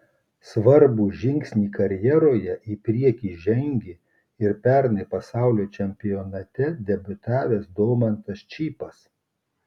svarbų žingsnį karjeroje į priekį žengė ir pernai pasaulio čempionate debiutavęs domantas čypas